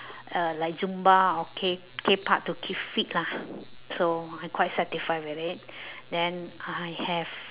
uh like zumba or K K part to keep fit lah so I'm quite satisfied with it then I have